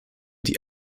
die